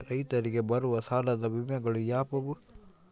ರೈತರಿಗೆ ಬರುವ ಸಾಲದ ವಿಮೆಗಳು ಯಾವುವು?